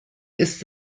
ist